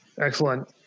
Excellent